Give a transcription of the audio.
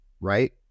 right